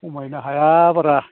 खमायनो हाया बारा